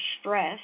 stress